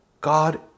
God